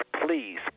please